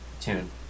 tune